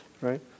right